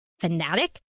fanatic